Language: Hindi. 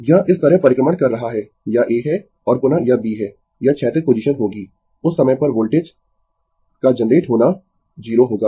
यह इस तरह परिक्रमण कर रहा है यह A है और पुनः यह B है यह क्षैतिज पोजीशन होगी उस समय पर वोल्टेज का जनरेट होना 0 होगा